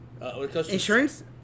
Insurance